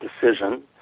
Decision